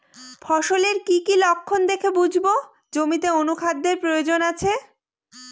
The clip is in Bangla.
ফসলের কি কি লক্ষণ দেখে বুঝব জমিতে অনুখাদ্যের প্রয়োজন আছে?